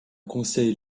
conseil